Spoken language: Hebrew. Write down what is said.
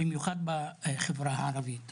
במיוחד בחברה הערבית.